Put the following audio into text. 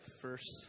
first